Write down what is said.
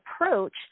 approach